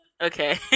Okay